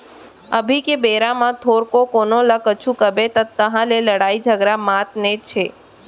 अभी के बेरा म थोरको कोनो ल कुछु कबे तहाँ ले लड़ई झगरा मातनेच हे